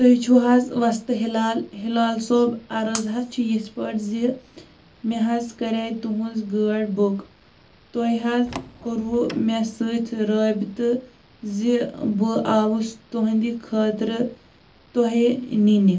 تُہۍ چھُ حظ وَستہٕ ہلال ہلال صوب عرض حظ چھِ یِتھ پٲٹھۍ زِ مےٚ حظ کَرے تُہٕنٛز گٲڑۍ بُک تُہِۍ حظ کوٚروُ مےٚ سۭتۍ رٲبطہٕ زِ بہٕ آوُس تُہِنٛدِ خٲطرٕ تۄہِہ نِنہِ